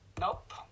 Nope